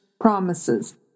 promises